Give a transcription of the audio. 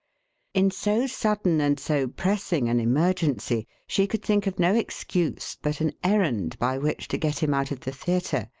in so sudden and so pressing an emergency she could think of no excuse but an errand by which to get him out of the theatre,